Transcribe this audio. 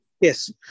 Yes